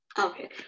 Okay